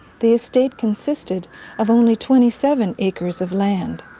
the estate consisted of only twenty seven acres of land.